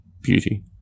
beauty